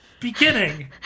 beginning